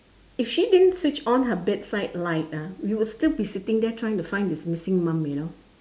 if she didn't switch on her bedside light ah we would still be sitting there trying to find this missing mum you know